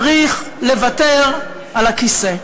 צריך לוותר על הכיסא.